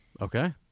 Okay